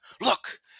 Look